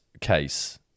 case